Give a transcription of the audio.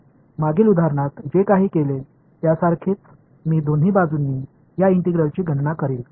எனவே முந்தைய எடுத்துக்காட்டில் நாங்கள் செய்ததைப் போலவே இந்த இன்டெக்ரலை இரு வழிகளிலும் கணக்கிடுவேன்